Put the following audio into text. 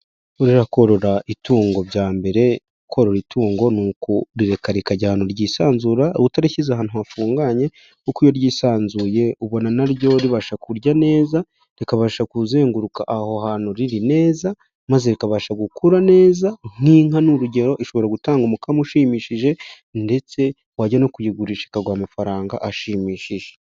Buriya korora itungo bya mbere, korora itungo ni ukurireka rikajya ahantu ryisanzura, utarishyize ahantu hafunganye, kuko iyo ryisanzuye, ubona na ryo ribasha kurya neza, rikabasha kuzenguruka aho hantu riri neza, maze rikabasha gukura neza, nk'inka ni urugero, ishobora gutanga umukamo ushimishije, ndetse wajya no kuyigurisha ikaguha amafaranga ashimishije.